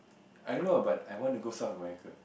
I don't know but I want to go South-America